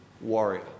warrior